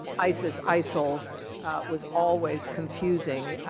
and isis isis isil was always confusing.